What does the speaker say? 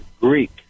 Greek